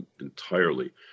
entirely